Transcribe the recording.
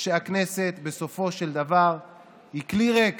שהכנסת בסופו של דבר היא כלי ריק